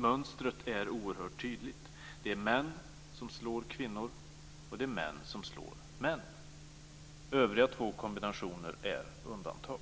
Mönstret är oerhört tydligt: det är män som slår kvinnor, och det är män som slår män. Övriga två kombinationer är undantag.